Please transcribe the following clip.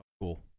Cool